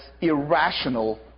irrational